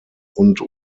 und